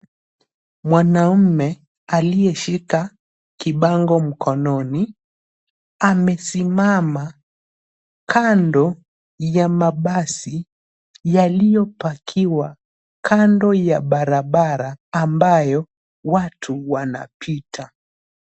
Mwanaume aliyeshika kibango mkononi amesimama kando ya mabasi yaliyopakiwa kando ya barabara ambayo watu wanapita.